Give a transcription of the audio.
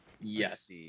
Yes